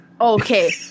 Okay